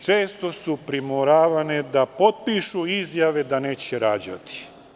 Često su primoravane da potpišu izjave da neće rađati.